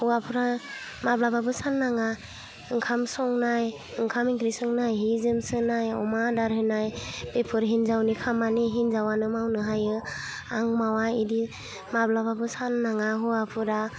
हौवाफ्रा माब्लाबाबो सान्नाङा ओंखाम संनाय ओंखाम इंख्रि संनाय हि जोम सुनाय अमा आदार होनाय बेफोर हिन्जावनि खामानि हिन्जावानो मावनो हायो आं मावा बिदि माब्लाबाबो सान्नाङा हौवाफोरा